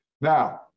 Now